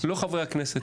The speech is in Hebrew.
חברי הכנסת,